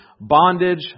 bondage